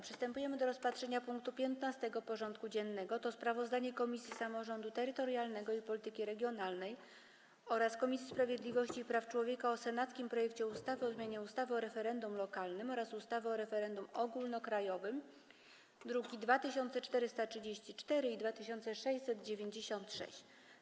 Przystępujemy do rozpatrzenia punktu 15. porządku dziennego: Sprawozdanie Komisji Samorządu Terytorialnego i Polityki Regionalnej oraz Komisji Sprawiedliwości i Praw Człowieka o senackim projekcie ustawy o zmianie ustawy o referendum lokalnym oraz ustawy o referendum ogólnokrajowym (druki nr 2434 i 2696)